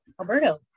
Alberto